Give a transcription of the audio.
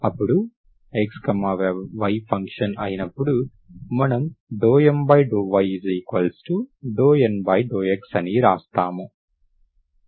అపుడు xy function అయినప్పుడు మనము ∂M∂y∂N∂x అని రాస్తాం